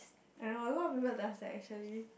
I know a lot of people does that actually